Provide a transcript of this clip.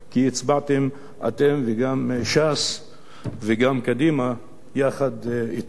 כי הצבעתם, אתם וגם ש"ס וגם קדימה, יחד אתו.